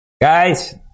Guys